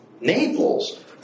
Naples